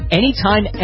anytime